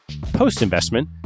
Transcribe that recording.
Post-investment